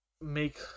make